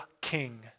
king